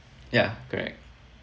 ya correct